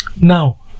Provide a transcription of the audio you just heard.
now